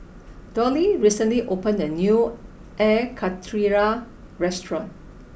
Doyle recently opened a new air Karthira restaurant